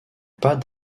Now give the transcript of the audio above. pas